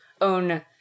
own